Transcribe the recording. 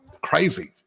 crazy